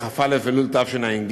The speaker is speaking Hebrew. כ"א באלול התשע"ג,